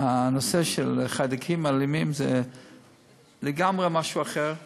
הנושא של חיידקים אלימים זה משהו אחר לגמרי,